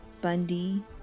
Bundy